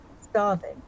starving